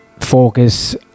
focus